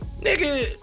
Nigga